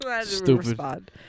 Stupid